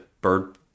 bird